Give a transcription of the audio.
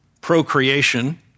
procreation